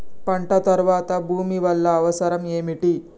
పంట తర్వాత భూమి వల్ల అవసరం ఏమిటి?